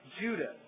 Judah